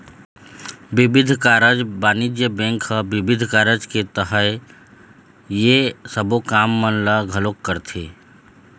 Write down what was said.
बिबिध कारज बानिज्य बेंक ह बिबिध कारज के तहत ये सबो काम मन ल घलोक करथे